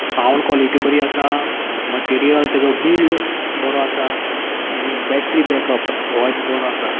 sound quality बरी आसा material तेजो बिल्ड बरो आसा आनी बॅट्री बॅकप होय बरो आसा